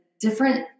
different